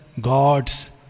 God's